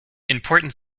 important